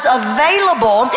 available